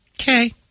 Okay